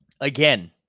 Again